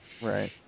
Right